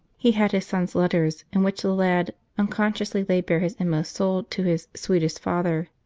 he had his son s letters, in which the lad uncon sciously laid bare his inmost soul to his sweetest father.